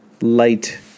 light